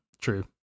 true